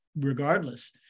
regardless